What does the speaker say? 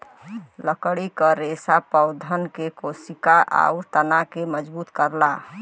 लकड़ी क रेसा पौधन के कोसिका आउर तना के मजबूत करला